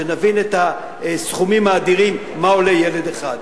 שנבין את הסכומים האדירים מה עולה ילד אחד.